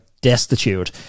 destitute